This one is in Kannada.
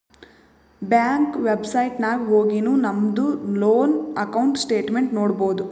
ಬ್ಯಾಂಕ್ ವೆಬ್ಸೈಟ್ ನಾಗ್ ಹೊಗಿನು ನಮ್ದು ಲೋನ್ ಅಕೌಂಟ್ ಸ್ಟೇಟ್ಮೆಂಟ್ ನೋಡ್ಬೋದು